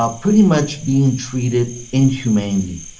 ah pretty much being treated inhumanely.